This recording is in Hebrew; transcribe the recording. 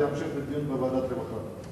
להמשיך את הדיון בוועדת הרווחה.